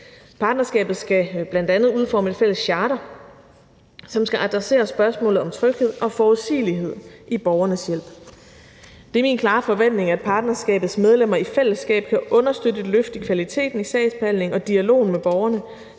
Partnerskabet skal bl.a. udforme et fælles charter, som skal adressere spørgsmålet om tryghed og forudsigelighed i borgernes hjælp. Det er min klare forventning, at partnerskabets medlemmer i fællesskab kan understøtte et løft af kvaliteten i sagsbehandlingen og dialogen med borgerne,